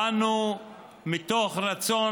באנו מתוך רצון,